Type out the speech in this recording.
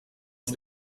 sie